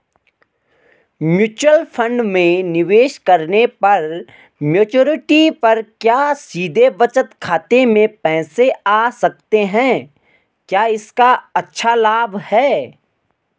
Mutual fund में निवेश करने पर मैच्योरिटी पर क्या सीधे बचत खाते में पैसे आ सकते हैं क्या इसका अच्छा लाभ है?